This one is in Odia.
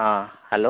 ହଁ ହ୍ୟାଲୋ